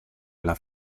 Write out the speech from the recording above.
alla